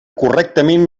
correctament